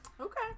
Okay